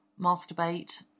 masturbate